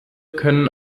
können